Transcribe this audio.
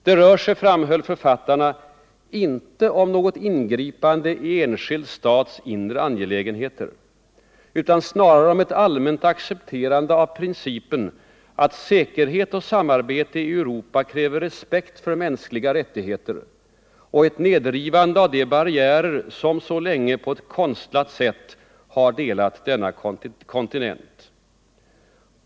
Det rör sig — framhöll författarna — ”inte om något ingripande i enskild stats inre angelägenheter, utan snarare om ett allmänt accepterande av principen att säkerhet och samarbete i Europa kräver respekt för mänskliga rättigheter och ett nedrivande av de barriärer som så länge på ett konstlat sätt har delat denna kontinent”.